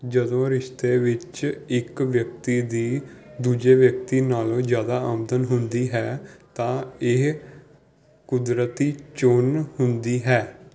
ਜਦੋਂ ਰਿਸ਼ਤੇ ਵਿੱਚ ਇੱਕ ਵਿਅਕਤੀ ਦੀ ਦੂਜੇ ਵਿਅਕਤੀ ਨਾਲੋਂ ਜ਼ਿਆਦਾ ਆਮਦਨ ਹੁੰਦੀ ਹੈ ਤਾਂ ਇਹ ਕੁਦਰਤੀ ਚੋਣ ਹੁੰਦੀ ਹੈ